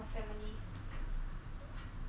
or family